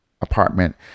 apartment